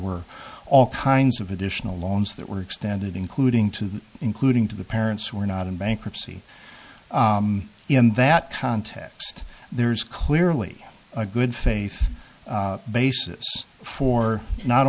were all kinds of additional loans that were extended including to including to the parents who were not in bankruptcy in that context there's clearly a good faith basis for not